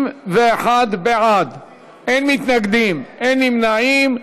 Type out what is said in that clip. בעד, אין מתנגדים, אין נמנעים.